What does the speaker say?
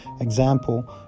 example